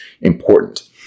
important